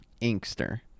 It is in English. Inkster